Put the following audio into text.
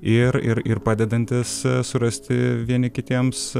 ir ir ir padedantis surasti vieni kitiems